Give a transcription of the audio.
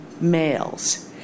males